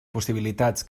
possibilitats